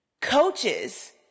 Coaches